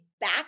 back